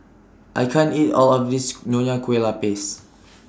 I can't eat All of This Nonya Kueh Lapis